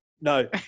no